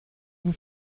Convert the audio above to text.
vous